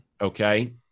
Okay